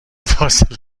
فاصله